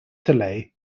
delay